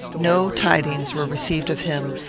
no tidings were received of him,